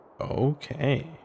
Okay